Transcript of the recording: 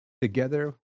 together